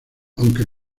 aunque